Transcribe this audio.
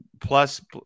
plus